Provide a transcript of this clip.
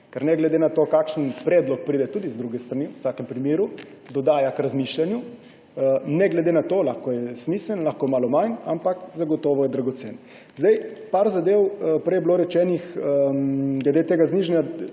ne glede na to, kakšen predlog pride, tudi z druge strani, v vsakem primeru dodaja k razmišljanju, ne glede na to, da je lahko smiseln, lahko malo manj, zagotovo je dragocen. Nekaj zadev. Prej je bilo rečeno glede znižanja